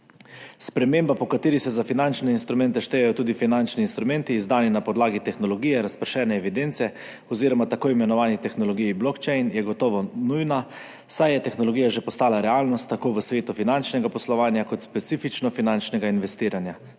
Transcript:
Sprememba, po kateri se za finančne instrumente štejejo tudi finančni instrumenti, izdani na podlagi tehnologije razpršene evidence oziroma tako imenovane tehnologije blockchain, je gotovo nujna, saj je tehnologija že postala realnost, tako v svetu finančnega poslovanja kot specifično finančnega investiranja.